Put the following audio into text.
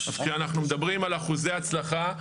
כשאנחנו מדברים על אחוזי הצלחה,